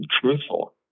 truthful